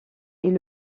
est